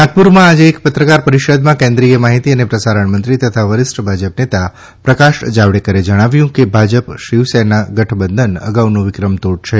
નાગપુરમાં આજે એક પત્રકાર પરિષદમાં કેન્દ્રિય માહિતી અને પ્રસારણ મંત્રી તથા વરિષ્ઠ ભાજપ નેતા પ્રકાશ જાવડેકરે જણાવ્યું કે ભાજપ શિવસેના ગઢબંધન અગાઉનો વિક્રમ તોડશે